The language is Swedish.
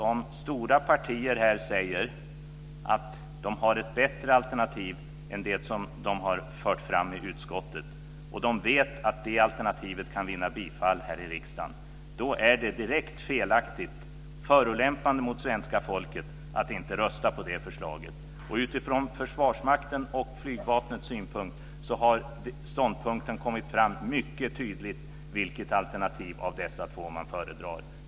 Om stora partier här säger att de har ett bättre alternativ än det som de har fört fram i utskottet och de vet att det alternativet kan vinna bifall här i riksdagen, vore det direkt felaktigt och förolämpande mot svenska folket att inte rösta på det förslaget. Ur Försvarsmaktens och flygvapnets synpunkt har det mycket tydligt kommit fram vilket alternativ av dessa två som är att föredra.